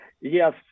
Yes